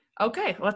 Okay